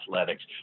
athletics